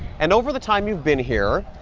and over the time you've been here,